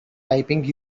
typing